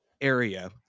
area